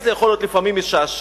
זה יכול להיות לפעמים משעשע,